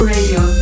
Radio